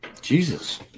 Jesus